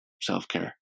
self-care